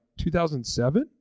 2007